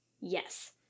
Yes